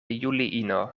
juliino